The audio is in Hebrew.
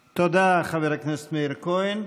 תודה, חבר הכנסת מאיר כהן.